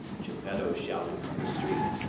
geppetto shouted from the street.